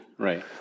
Right